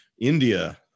india